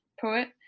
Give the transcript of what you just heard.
poet